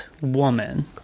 woman